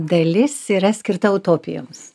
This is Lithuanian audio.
dalis yra skirta utopijoms